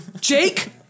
Jake